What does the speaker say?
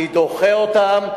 אני דוחה אותם,